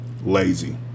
Lazy